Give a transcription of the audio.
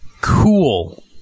cool